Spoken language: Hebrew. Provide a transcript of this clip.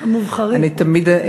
המובחרים.